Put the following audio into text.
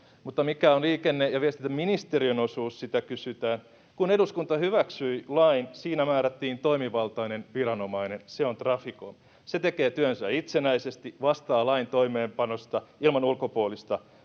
Mutta mikä on liikenne- ja viestintäministeriön osuus? Sitä kysytään. Kun eduskunta hyväksyi lain, siinä määrättiin toimivaltainen viranomainen. Se on Traficom. Se tekee työnsä itsenäisesti, vastaa lain toimeenpanosta ilman ulkopuolista